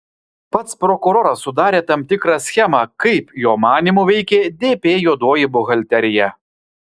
pats prokuroras sudarė tam tikrą schemą kaip jo manymu veikė dp juodoji buhalterija